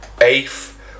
Eighth